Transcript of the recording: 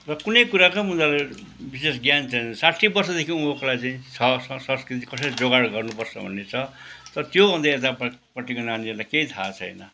र कुनै कुराको पनि उनीहरूले विशेष ज्ञान छैन साठी बर्षदेखि उँभोकोलाई चाहिँ छ सस् संस्कृति कसरी जोगाड गर्नुपर्छ भन्ने छ तर त्योभन्दा यतापट्टिको नानीहरूलाई केही थाह छैन